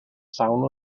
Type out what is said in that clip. llawn